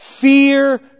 Fear